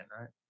right